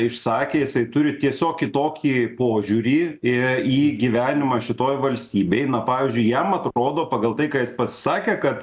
išsakė jisai turi tiesiog kitokį požiūrį į gyvenimą šitoj valstybėj pavyzdžiui jam atrodo pagal tai ką jis pasisakė kad